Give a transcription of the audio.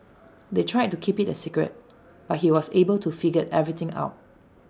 they tried to keep IT A secret but he was able to figure everything out